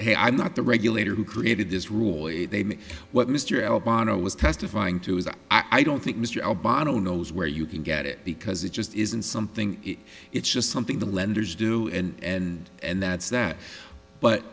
hey i'm not the regulator who created this rule if they mean what mr el bano was testifying to was i don't think mr al bano knows where you can get it because it just isn't something it's just something the lenders do and and that's that but